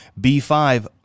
B5